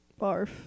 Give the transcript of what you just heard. Barf